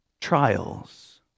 Trials